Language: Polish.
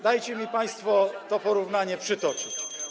Dajcie mi państwo to porównanie przytoczyć.